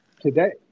today